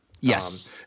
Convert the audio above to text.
Yes